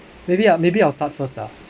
maybe I'll maybe I'll start first lah